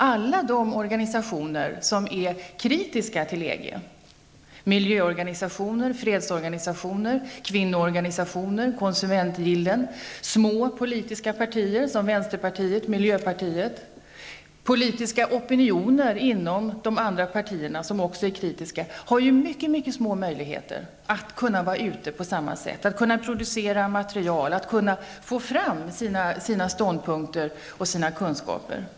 Alla organisationer som är kritiskt inställda till EG -- miljöorganisationer, fredsorganisationer, kvinnoorganisationer, konsumentgillen, små politiska partier såsom vänsterpartiet och miljöpartiet, politiska opinioner inom de övriga politiska partierna som också är kritiska -- har ju mycket små möjligheter att kunna vara ute på samma sätt som t.ex. Svenska arbetsgivareföreningen, att kunna producera material och att kunna föra fram sina ståndpunkter och kunskaper.